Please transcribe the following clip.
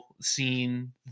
scene